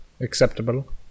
acceptable